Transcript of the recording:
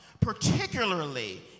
particularly